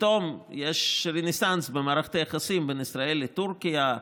פתאום יש רנסנס במערכת היחסים בין ישראל לטורקיה,